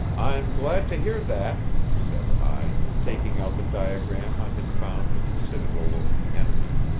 i'm glad to hear that, said i, taking out the diagram i had found in the citadel of the enemy.